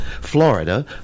Florida